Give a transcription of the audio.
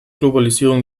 globalisierung